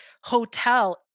hotel